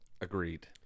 Agreed